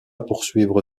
poursuivre